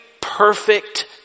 perfect